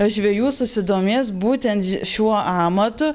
žvejų susidomės būtent šiuo amatu